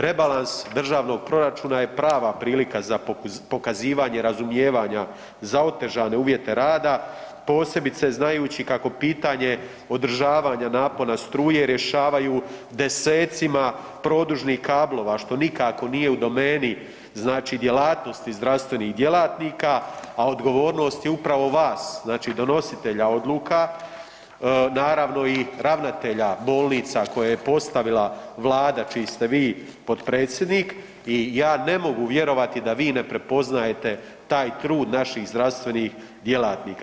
Rebalans državnog proračuna je prava prilika za pokazivanje razumijevanja za otežane uvjete rada, posebice znajući kako pitanje održavanja napona struje rješavaju desecima produžnih kablova, što nikako nije u domeni, znači djelatnosti zdravstvenih djelatnika, a odgovornost je upravo vas, znači donositelja odluka, naravno i ravnatelja bolnica koje je postavila vlada čiji ste vi potpredsjednik i ja ne mogu vjerovati da vi ne prepoznajete taj trud naših zdravstvenih djelatnika.